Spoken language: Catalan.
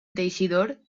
teixidor